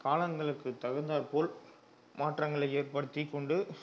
காலங்களுக்கு தகுந்தாற் போல் மாற்றங்களை ஏற்படுத்திக்கொண்டு